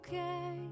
Okay